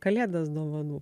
kalėdas dovanų